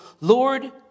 Lord